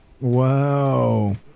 Wow